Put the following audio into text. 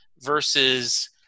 versus